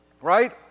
Right